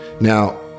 Now